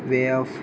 way of